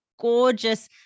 gorgeous